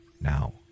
Now